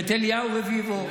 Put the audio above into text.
ואת אליהו רביבו,